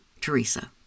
Teresa